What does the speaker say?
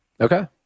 Okay